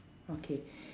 okay